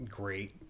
great